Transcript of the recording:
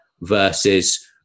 versus